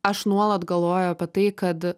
aš nuolat galvoju apie tai kad